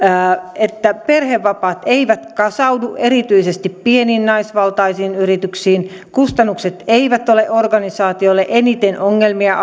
että perhevapaat eivät kasaudu erityisesti pieniin naisvaltaisiin yrityksiin kustannukset eivät ole organisaatioille eniten ongelmia